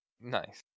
Nice